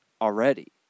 already